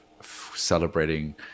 celebrating